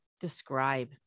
describe